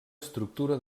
estructura